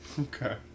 Okay